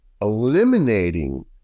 eliminating